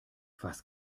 was